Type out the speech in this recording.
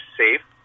safe